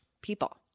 people